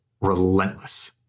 Relentless